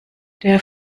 der